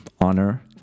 Honor